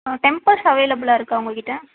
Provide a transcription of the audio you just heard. ஆ tempers அவைலபுளாக இருக்கா உங்கள் கிட்டே